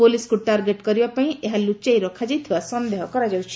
ପୋଲିସକୁ ଟାର୍ଗେଟ କରିବା ପାଇଁ ଲ୍ତଚାଇ ରଖାଯାଇଥିବା ସନ୍ଦେହ କରାଯାଉଛି